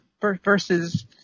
versus